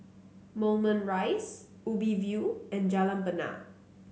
Moulmein Rise Ubi View and Jalan Bena